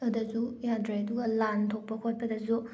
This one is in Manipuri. ꯑꯗꯁꯨ ꯌꯥꯗ꯭ꯔꯦ ꯑꯗꯨꯒ ꯂꯥꯟ ꯊꯣꯛꯄ ꯈꯣꯠꯄꯗꯁꯨ